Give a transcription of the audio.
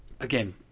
again